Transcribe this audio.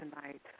tonight